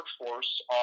workforce